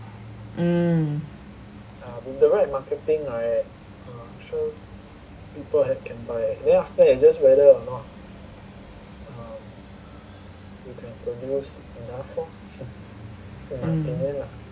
mm mm